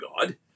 God